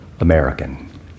American